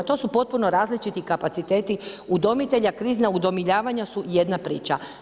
To su potpuno različitih kapaciteti udomitelja, krizna udomljavanja su jedna priča.